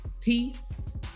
peace